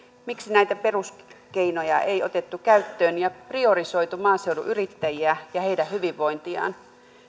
miksi näitä peruskeinoja ei otettu käyttöön ja priorisoitu maaseudun yrittäjiä ja heidän hyvinvointiaan